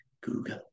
Google